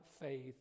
faith